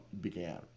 began